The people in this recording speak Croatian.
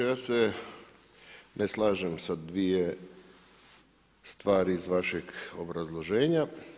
Ja se ne slažem sa dvije stvari iz vašeg obrazloženja.